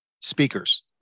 speakers